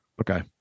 Okay